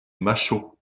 machault